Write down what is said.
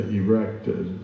erected